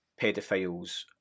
pedophiles